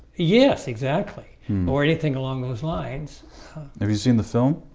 yes exactly or anything along those lines have you seen the film?